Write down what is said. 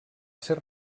ser